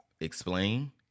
explain